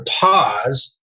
pause